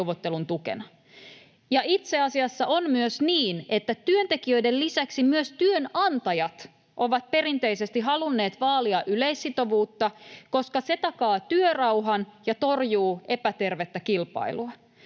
itse asiassa on myös niin, että työntekijöiden lisäksi myös työnantajat ovat perinteisesti halunneet vaalia yleissitovuutta, koska se takaa työrauhan ja torjuu epätervettä kilpailua.